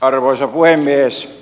arvoisa puhemies